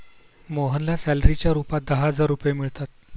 मोहनला सॅलरीच्या रूपात दहा हजार रुपये मिळतात